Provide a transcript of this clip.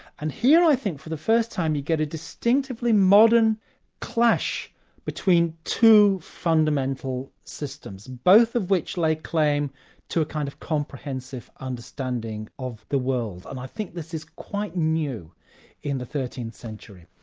and here i think for the first time you get a distinctively modern clash between two fundamental systems, both of which lay like claim to a kind of comprehensive understanding of the world, and i think this is quite new in the thirteenth century.